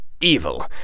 evil